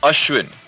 Ashwin